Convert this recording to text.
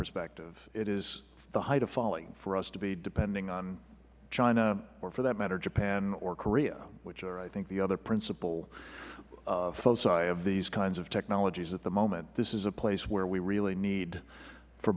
perspective it is the height of folly for us to be depending on china or for that matter japan or korea which are i think the other principal foci of these kinds of technologies at the moment this is a place where we really need for